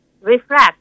reflect